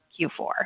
Q4